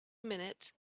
minute